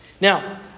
Now